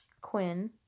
Quinn